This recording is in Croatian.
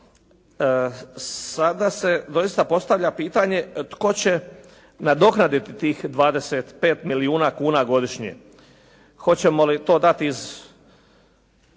Sada se doista postavlja pitanje tko će nadoknaditi tih 25 milijuna kuna godišnje. Hoćemo li to dati iz